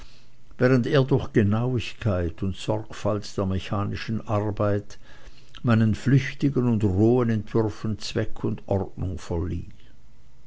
während er durch genauigkeit und sorgfalt der mechanischen arbeit meinen flüchtigen und rohen entwürfen zweck und ordnung verlieh